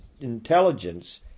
intelligence